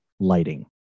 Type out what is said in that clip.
lighting